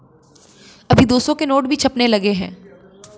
अभी दो सौ के नोट भी छपने लगे हैं